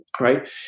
right